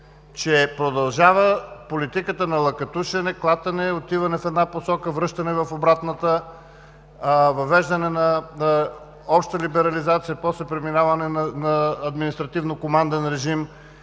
че продължава политиката на лъкатушене, клатене, отиване в една посока, връщане в обратната, въвеждане на още либерализация, после преминаване на административно-команден режим.